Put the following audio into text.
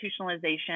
institutionalization